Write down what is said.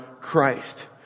Christ